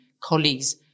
colleagues